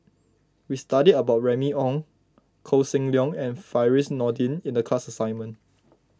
we studied about Remy Ong Koh Seng Leong and Firdaus Nordin in the class assignment